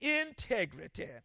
integrity